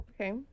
Okay